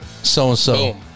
So-and-so